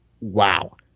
wow